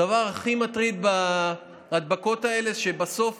הדבר הכי מטריד בהדבקות הוא שבסוף